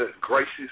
gracious